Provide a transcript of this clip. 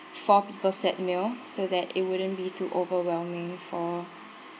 four people set meal so that it wouldn't be too overwhelming for